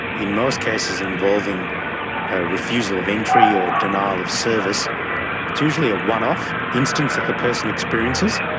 in most cases involving a refusal of entry or denial of service it's usually a one-off instance that the person experiences.